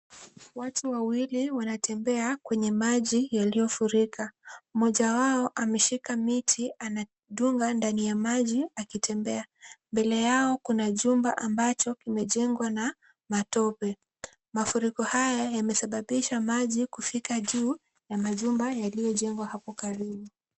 Watu wawili wanatembea kwenye maji yaliyofurika. Mmoja wao ameshika miti anadunga ndani ya maji akitembea. Mbele yao kuna jumba ambacho kimejengwa na matope. Mafuriko haya yamesababisha maji kufika juu, ya majumba yaliyojengwa hapo karibu.